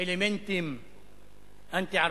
אלמנטים אנטי-ערביים,